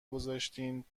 گذاشتین